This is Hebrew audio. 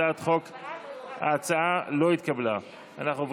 רק חבר הכנסת מיקי זוהר ואצל